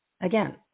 Again